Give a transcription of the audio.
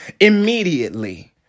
immediately